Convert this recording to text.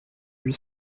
lui